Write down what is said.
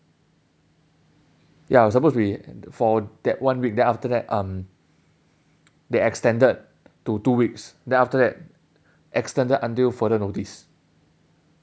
ya I was supposed to be for that one week then after that um they extended to two weeks then after that extended until further notice